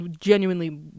genuinely